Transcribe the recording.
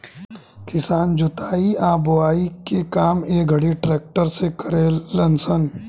किसान जोताई आ बोआई के काम ए घड़ी ट्रक्टर से करेलन स